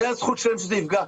זו הזכות שלהם שזה יפגע.